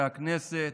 הכנסת,